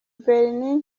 berlin